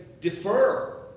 defer